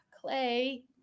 Clay